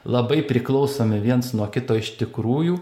labai priklausomi viens nuo kito iš tikrųjų